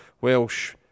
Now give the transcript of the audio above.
Welsh